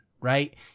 right